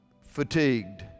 fatigued